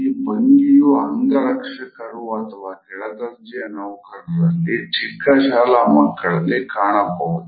ಈ ಭಂಗಿಯು ಅಂಗ ರಕ್ಷಕರು ಅಥವಾ ಕೆಳ ದರ್ಜೆಯ ನೌಕರರಲ್ಲಿ ಚಿಕ್ಕ ಶಾಲಾ ಮಕ್ಕಳಲ್ಲಿ ಕಾಣಬಹುದು